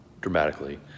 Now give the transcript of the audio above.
dramatically